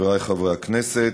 חבריי חברי הכנסת,